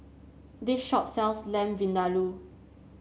this shop sells Lamb Vindaloo